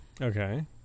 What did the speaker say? Okay